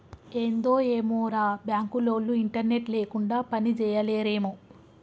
ఏందో ఏమోరా, బాంకులోల్లు ఇంటర్నెట్ లేకుండ పనిజేయలేరేమో